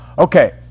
Okay